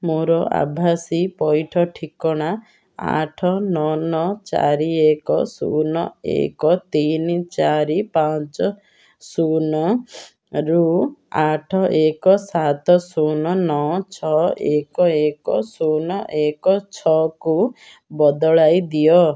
ମୋର ଆଭାସୀ ପଇଠ ଠିକଣା ଆଠ ନଅ ନଅ ଚାରି ଏକ ଶୂନ ଏକ ତିନି ଚାରି ପାଞ୍ଚ ଶୂନ ରୁ ଆଠ ଏକ ସାତ ଶୂନ ନଅ ଛଅ ଏକ ଏକ ଶୂନ ଏକ ଛଅକୁ ବଦଳାଇ ଦିଅ